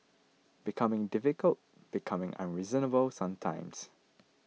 becoming difficult becoming unreasonable sometimes